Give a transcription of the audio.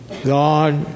God